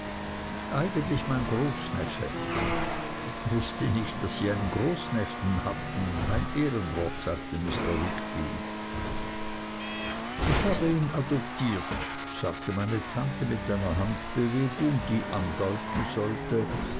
eigentlich mein großneffe wußte nicht daß sie einen großneffen hatten mein ehrenwort sagte mr wickfield ich habe ihn adoptiert sagte meine tante mit einer handbewegung die andeuten sollte